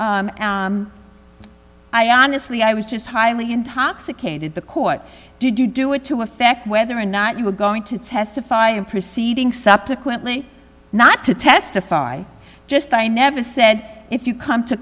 eight i honestly i was just highly intoxicated the court did you do it to affect whether or not you were going to testify and proceeding subsequently not to testify just that i never said if you come to